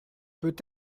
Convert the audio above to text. peut